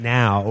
now